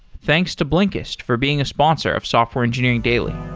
thanks to blinkiest for being a sponsor of software engineering daily